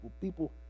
people